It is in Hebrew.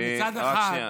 כי מצד אחד, רק שנייה.